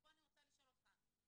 ופה אני רוצה לשאול אותך,